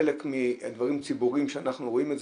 חלק מהדברים הציבוריים שאנחנו רואים.